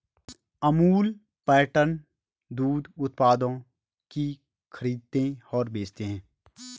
Amul pattern दूध उत्पादों की खरीदते और बेचते है